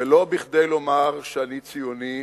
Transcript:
ולא כדי לומר שאני ציוני,